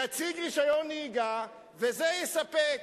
יציג רשיון נהיגה וזה יספק.